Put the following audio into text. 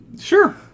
Sure